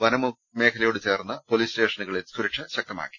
വനമേഖലയോട് ചേർന്നുള്ള പോലീസ് സ്റ്റേഷനുകളിൽ സുരക്ഷ ശക്തമാക്കി